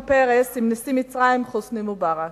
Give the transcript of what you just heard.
פרס עם עם נשיא מצרים חוסני מובארק.